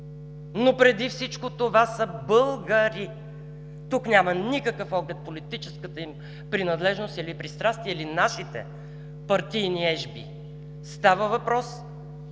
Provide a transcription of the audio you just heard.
но преди всичко това са бъл-га-ри! Тук няма никакъв оглед политическата им принадлежност, пристрастия или нашите партийни ежби! Става въпрос